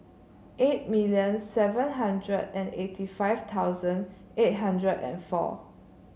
eight million seven hundred and eighty five thousand eight hundred and four